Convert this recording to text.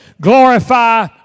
Glorify